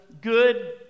good